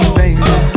baby